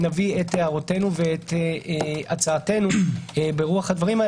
נביא הערותינו והצעתנו ברוח הדברים.